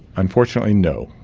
unfortunately no.